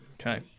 Okay